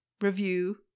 review